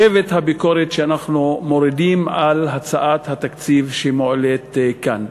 בשבט הביקורת שאנחנו מורידים על הצעת התקציב שמועלית כאן,